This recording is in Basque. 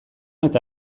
eta